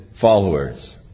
followers